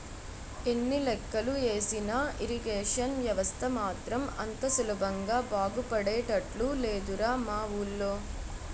ఎన్ని లెక్కలు ఏసినా ఇరిగేషన్ వ్యవస్థ మాత్రం అంత సులభంగా బాగుపడేటట్లు లేదురా మా వూళ్ళో